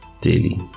daily